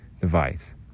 device